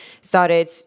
started